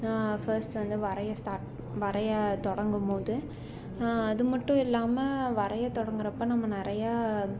first வந்து வரைய start வரைய தொடங்கும்போது அதுமட்டும் இல்லாமல் வரைய தொடங்குகிறப்ப நம்ம நிறையா